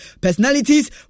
personalities